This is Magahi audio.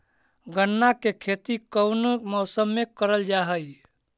गन्ना के खेती कोउन मौसम मे करल जा हई?